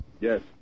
Yes